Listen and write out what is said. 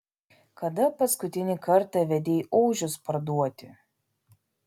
kada paskutinį kartą vedei ožius parduoti